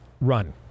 Run